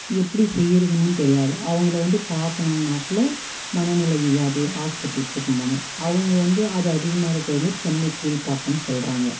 எப்படி செய்யறதுணும் தெரியாது அவங்கள வந்து பார்க்கணுன்னாக்ல மனநிலை வியாதி ஆஸ்பிட்டல் கூட்டினு போகணும் அவங்க வந்து அதை அதிகமாக இருக்கிறது வந்து சென்னை கீழ்பாக்கம்னு சொல்கிறாங்க